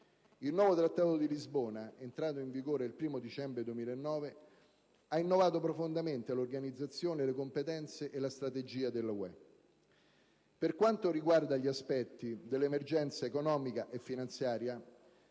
Il nuovo Trattato di Lisbona, entrato in vigore il primo dicembre 2009, ha innovato profondamente l'organizzazione, le competenze e le strategie della UE. Per quanto riguarda gli aspetti dell'emergenza economica e finanziaria,